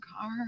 car